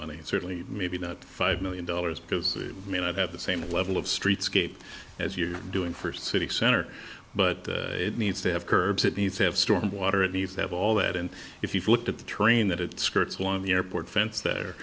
money certainly maybe not five million dollars because it may not have the same level of streetscape as you're doing for city center but it needs to have curbs it needs to have storm water it leaves they have all that and if you look at the terrain that it skirts one of the airport fence there